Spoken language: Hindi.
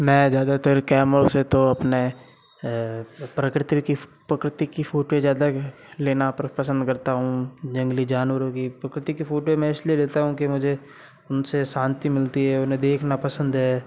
मैं ज़्यादातर कैमरों से तो अपने प्रकृति प्रकृति की फोटो ज़्यादा लेना पसंद करता हूँ जंगली जानवरों की प्रकृति की फोटो मैं इसलिए लेता हूँ क्योंकि मुझे उनसे शांति मिलती है उन्हें देखना पसंद है